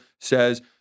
says